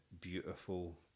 beautiful